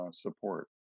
support